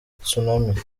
tsunami